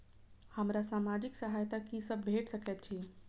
हमरा सामाजिक सहायता की सब भेट सकैत अछि?